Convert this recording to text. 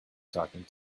talking